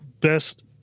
best